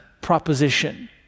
proposition